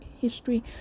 history